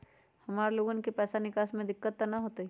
हमार लोगन के पैसा निकास में दिक्कत त न होई?